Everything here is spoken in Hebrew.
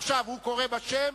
עכשיו היא קוראת בשם,